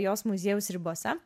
jos muziejaus ribose